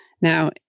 now